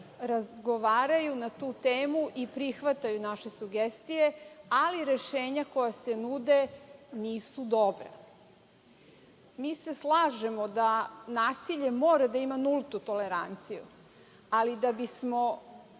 razgovaraju na tu temu i prihvataju naše sugestije, ali rešenja koja se nude nisu dobra. Mi se slažemo da nasilje mora da ima nultu toleranciju ali da bismo